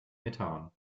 methan